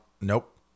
Nope